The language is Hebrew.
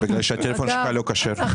זה בגלל שהטלפון שלך לא כשר.